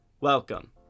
welcome